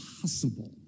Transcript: possible